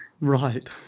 Right